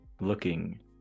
looking